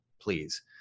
please